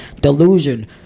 delusion